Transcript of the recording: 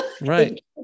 Right